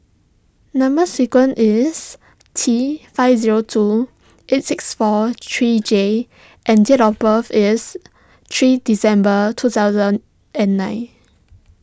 Number Sequence is T five zero two eight six four three J and date of birth is three December two thousand and nine